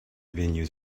venues